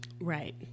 Right